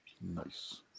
Nice